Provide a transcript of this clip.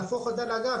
להפוך אותה לאגף,